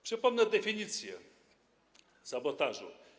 Przypomnę definicję sabotażu.